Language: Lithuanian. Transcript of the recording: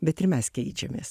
bet ir mes keičiamės